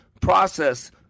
process